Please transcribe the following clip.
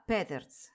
Peters